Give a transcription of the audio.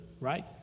right